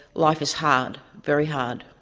life is hard, very hard.